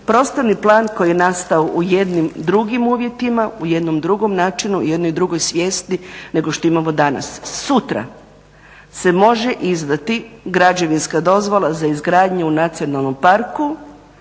prostorni plan koji je nastao u jednim drugim uvjetima u jednom drugom načinu u jednoj drugoj svijesti nego što imamo danas. Sutra se može izdati građevinska dozvola za izgradnju u nacionalnom parku,